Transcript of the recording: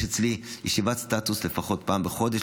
יש אצלנו ישיבת סטטוס לפחות פעם בחודש,